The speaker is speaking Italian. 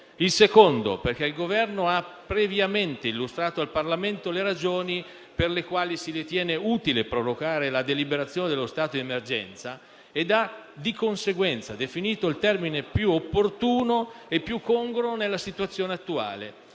Il secondo motivo è che il Governo ha previamente illustrato al Parlamento le ragioni per le quali si ritiene utile prorogare la deliberazione dello stato di emergenza ed ha, di conseguenza, definito il termine più opportuno e più congro nella situazione attuale,